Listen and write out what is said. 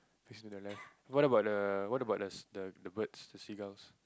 fish on the left what about the what about the the birds the seagulls